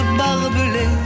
barbelé